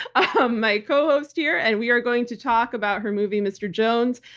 um my co-host here, and we are going to talk about her movie, mr. jones,